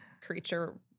creature